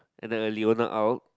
and a Leona Aw